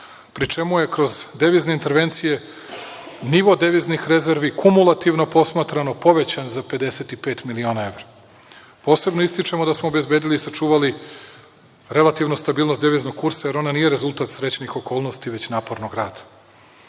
pri čemu je kroz devizne intervencije nivo deviznih rezervi kumulativno posmatrano povećan za 55 miliona evra. Posebno ističemo da smo obezbedili i sačuvali relativnu stabilnost deviznog kursa, jer ona nije rezultat srećnih okolnosti, već rezultat napornog rada.U